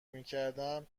میکردم